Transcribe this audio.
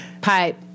pipe